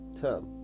term